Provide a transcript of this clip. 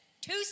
two